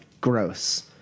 gross